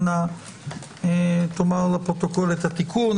אנא תאמר לפרוטוקול את התיקון.